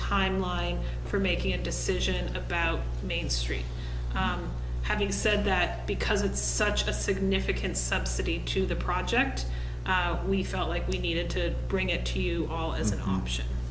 timeline for making a decision about main street having said that because it's such a significant subsidy to the project we felt like we needed to bring it to you all as an option